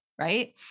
right